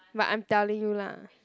but I'm telling you lah